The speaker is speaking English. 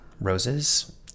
roses